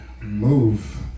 move